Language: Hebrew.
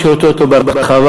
מי שרוצה אותו בהרחבה,